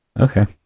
Okay